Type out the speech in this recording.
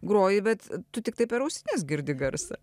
groji bet tu tiktai per ausines girdi garsą